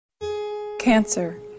Cancer